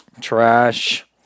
Trash